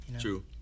True